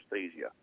anesthesia